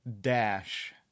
dash